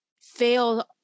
fail